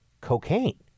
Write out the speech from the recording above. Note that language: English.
cocaine